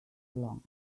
along